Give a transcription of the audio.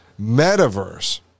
metaverse